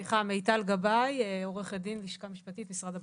מיטל גבי עורכת דין מהלשכה המשפטית במשרד הבריאות.